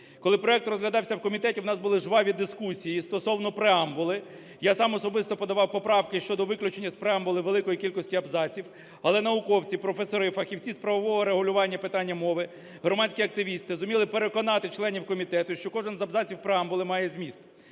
Коли проект розглядався в комітеті, у нас були жваві дискусії стосовно преамбули. Я сам особисто подавав поправки щодо виключення з преамбули великої кількості абзаців, але науковці, професори, фахівці з правового регулювання питання мови, громадські активісти зуміли переконати членів комітету, що кожен з абзаців преамбули має зміст.